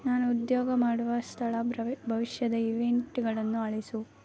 ನಾನು ಉದ್ಯೋಗ ಮಾಡುವ ಸ್ಥಳ ಬ್ರವೆ ಭವಿಷ್ಯದ ಇವೆಂಟ್ಗಳನ್ನು ಅಳಿಸು